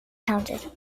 counted